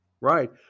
Right